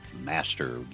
Master